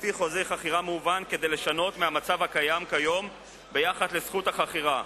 לפי חוזה חכירה מהוון כדי לשנות מהמצב הקיים כיום ביחס לזכות החכירה.